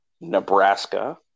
Nebraska